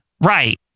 Right